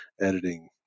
editing